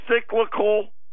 cyclical